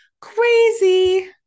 Crazy